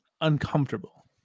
uncomfortable